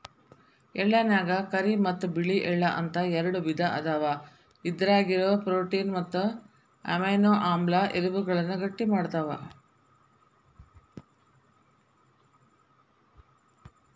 ಎಳ್ಳನ್ಯಾಗ ಕರಿ ಮತ್ತ್ ಬಿಳಿ ಎಳ್ಳ ಅಂತ ಎರಡು ವಿಧ ಅದಾವ, ಇದ್ರಾಗಿರೋ ಪ್ರೋಟೇನ್ ಮತ್ತು ಅಮೈನೋ ಆಮ್ಲ ಎಲಬುಗಳನ್ನ ಗಟ್ಟಿಮಾಡ್ತಾವ